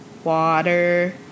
Water